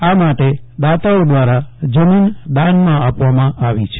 આ માટે દાતાઓ દ્વારા જમીન દાનમાં આપવામાં આવી છે